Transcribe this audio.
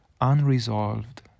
unresolved